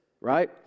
right